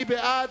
מי בעד?